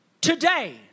Today